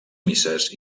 misses